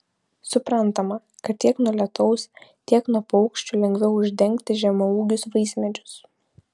suprantama kad tiek nuo lietaus tiek nuo paukščių lengviau uždengti žemaūgius vaismedžius